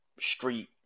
street